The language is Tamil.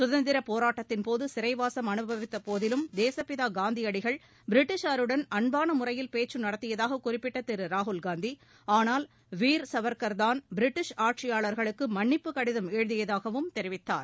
சுதந்திரப் போராட்டத்தின் போது சிறைவாசம் அனுபவித்த போதிலும் தேசப்பிதா காந்தியடிகள் பிரிட்டிஷாருடன் அன்பான முறையில் பேச்சு நடத்தியதாகக் குறிப்பிட்ட திரு ராகுல்காந்தி ஆனால் வீர் சவர்க்கர் தான் பிரிட்டிஷ் ஆட்சியாளர்களுக்கு மன்னிப்பு கடிதம் எழுதியதாகவும் தெரிவித்தார்